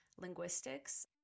linguistics